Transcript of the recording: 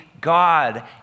God